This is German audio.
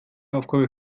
aufgabe